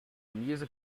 music